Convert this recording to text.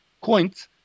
coins